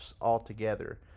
altogether